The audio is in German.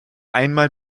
einmal